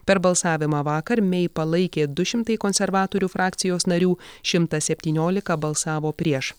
per balsavimą vakar mei palaikė du šimtai konservatorių frakcijos narių šimtas septyniolika balsavo prieš